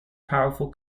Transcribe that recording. powerful